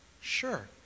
Sure